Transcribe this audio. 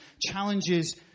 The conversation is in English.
challenges